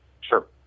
Sure